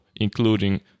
including